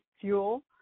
fuel